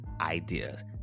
ideas